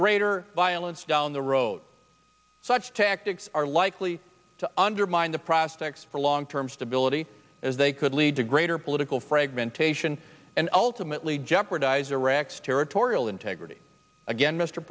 greater violence down the road such tactics are likely to undermine the prospects for long term stability as they could lead to greater political fragmentation and ultimately jeopardize iraq's territorial integrity again mr